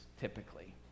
typically